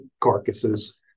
carcasses